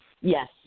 Yes